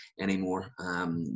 anymore